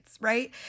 right